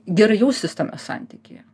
gerai jausis tame santykyje